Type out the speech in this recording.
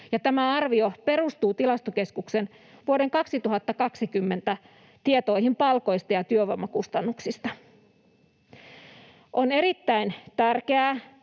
Tämä arvio perustuu Tilastokeskuksen vuoden 2020 tietoihin palkoista ja työvoimakustannuksista. On erittäin tärkeää